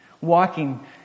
Walking